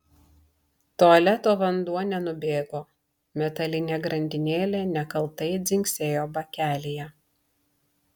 tualeto vanduo nenubėgo metalinė grandinėlė nekaltai dzingsėjo bakelyje